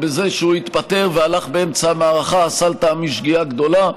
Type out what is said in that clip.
בזה שהוא התפטר והלך באמצע המערכה הוא עשה לטעמי שגיאה גדולה.